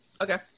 Okay